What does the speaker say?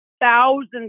Thousands